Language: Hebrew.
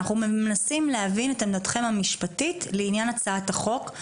אנחנו מנסים להבין את עמדתכם המשפטית לעניין הצעת החוק.